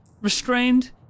restrained